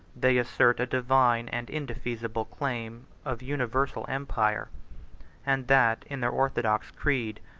they assert a divine and indefeasible claim of universal empire and that, in their orthodox creed,